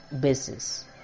basis